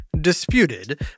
disputed